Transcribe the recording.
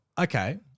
okay